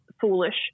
foolish